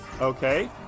Okay